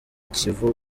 kivu